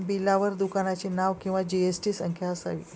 बिलावर दुकानाचे नाव किंवा जी.एस.टी संख्या असावी